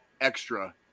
extra